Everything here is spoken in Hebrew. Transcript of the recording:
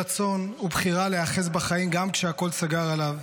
רצון ובחירה להיאחז בחיים גם כשהכול סגר עליו,